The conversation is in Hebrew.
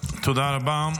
תודה רבה.